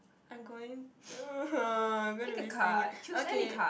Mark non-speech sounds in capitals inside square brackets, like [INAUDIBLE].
I'm going [NOISE] I'm going to saying okay